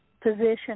position